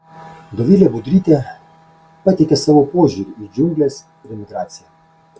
dovilė budrytė pateikia savo požiūrį į džiungles ir emigraciją